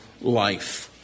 life